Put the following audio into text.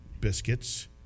biscuits